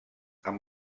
amb